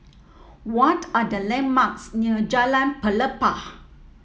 what are the landmarks near Jalan Pelepah